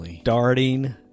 starting